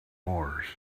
wars